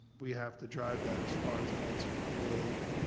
we have to drive that as far as, and that's really,